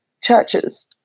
churches